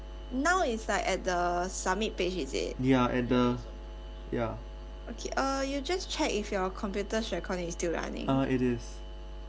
yeah at the yeah ah it is